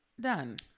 done